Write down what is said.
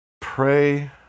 pray